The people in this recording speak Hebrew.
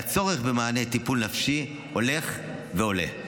והצורך במענה של טיפול נפשי הולך ועולה.